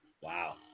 Wow